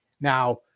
Now